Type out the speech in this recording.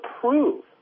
prove